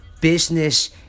business